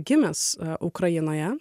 gimęs ukrainoje